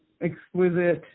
exquisite